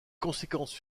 conséquences